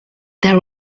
there